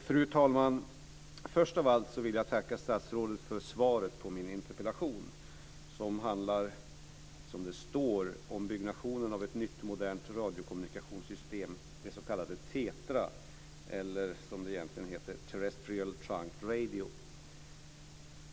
Fru talman! Först av allt vill jag tacka statsrådet för svaret på min interpellation som handlar om byggnationen av ett nytt modernt radiokommunikationssystem, det s.k. TETRA eller, som det egentligen heter, Terrestrial Trunk Radio.